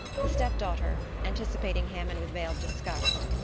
the step-daughter anticipating him and with veiled disgust.